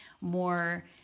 more